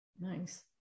nice